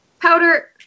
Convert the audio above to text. Powder